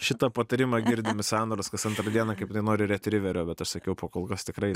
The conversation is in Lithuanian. šitą patarimą girdim iš sandros kas antrą dieną kaip jinai nori retriverio bet aš sakiau po kol kas tikrai